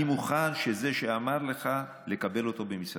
אני מוכן שזה שאמר לך, לקבל אותו במשרדי,